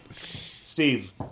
Steve